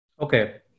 Okay